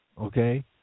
Okay